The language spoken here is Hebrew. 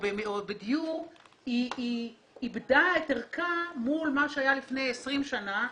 בדיור איבדה את ערכה מול מה שהיה לפני 20 שנה,